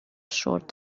short